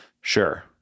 sure